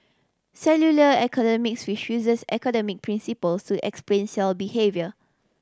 cellular economics which uses economic principle to explain cell behaviour